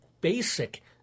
basic